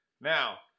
Now